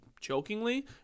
jokingly